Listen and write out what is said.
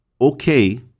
okay